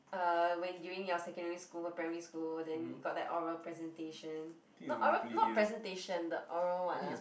uh when during your secondary school or primary school then you got the oral presentation not oral not presentation the oral [what] ah